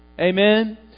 Amen